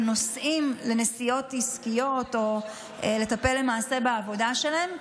ונוסעים לנסיעות עסקיות או לטפל בעבודה שלהם,